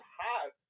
hot